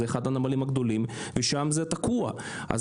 זה אחד הנמלים הגדולים ושם זה תקוע אז